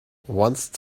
once